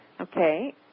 Okay